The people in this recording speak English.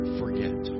forget